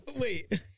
wait